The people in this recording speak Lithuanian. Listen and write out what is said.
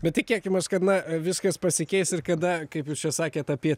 bet tikėkimės kad viskas pasikeis ir kada kaip jūs čia sakėt apie